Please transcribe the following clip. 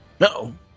No